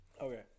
Okay